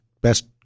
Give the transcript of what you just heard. Best